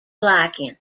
liking